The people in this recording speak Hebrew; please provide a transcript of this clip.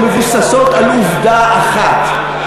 שמבוססות על עובדה אחת.